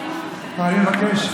אני מבקש,